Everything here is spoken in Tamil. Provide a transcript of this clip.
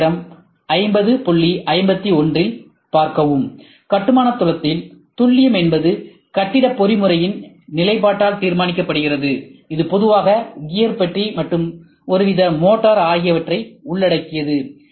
திரையின் நேரம் 5051இல் பார்க்கவும் கட்டுமான தளத்தில் துல்லியம் என்பது கட்டிட பொறிமுறையின் நிலைப்பாட்டால் தீர்மானிக்கப்படுகிறது இது பொதுவாக கியர் பெட்டி மற்றும் ஒருவித மோட்டார் ஆகியவற்றை உள்ளடக்கியது